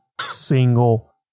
single